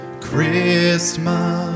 christmas